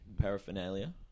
paraphernalia